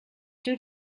due